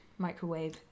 microwave